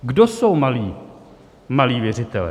Kdo jsou malí, malí věřitelé?